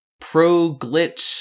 pro-glitch